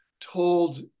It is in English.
told